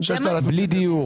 בלי דיור.